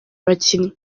abakinnyi